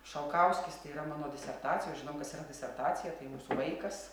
šalkauskis tai yra mano disertacija o žinom kas yra disertacija tai mūsų vaikas